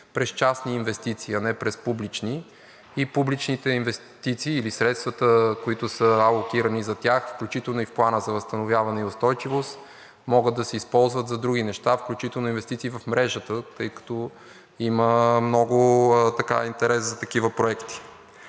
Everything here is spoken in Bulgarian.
през частни инвестиции, а не през публични, и публичните инвестиции или средствата, които са аутирани за тях, включително и в Плана за възстановяване и устойчивост, могат да се използват за други неща, включително инвестиции в мрежата, тъй като има много интерес за такива проекти.